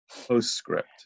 postscript